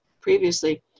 previously